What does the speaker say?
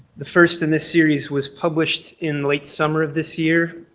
the first in this series was published in late summer of this year.